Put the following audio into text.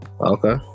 okay